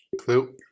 Clue